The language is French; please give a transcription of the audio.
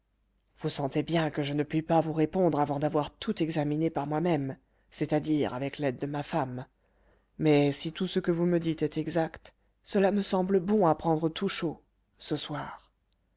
vous convient-il vous sentez bien que je ne puis pas vous répondre avant d'avoir tout examiné par moi-même c'est-à-dire avec l'aide de ma femme mais si tout ce que vous me dites est exact cela me semble bon à prendre tout chaud ce soir